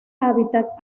hábitat